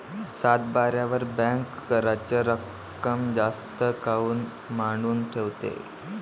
सातबाऱ्यावर बँक कराच रक्कम जास्त काऊन मांडून ठेवते?